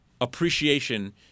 appreciation